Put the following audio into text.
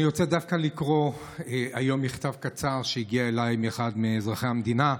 אני רוצה דווקא לקרוא היום מכתב קצר שהגיע אליי מאחד מאזרחי המדינה: